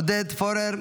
עודד פורר,